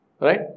Right